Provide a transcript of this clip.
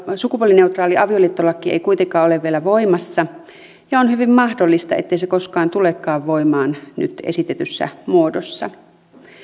sukupuolineutraali avioliittolaki ei kuitenkaan ole vielä voimassa ja on hyvin mahdollista ettei se koskaan tulekaan voimaan nyt esitetyssä muodossa